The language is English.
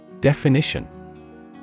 Definition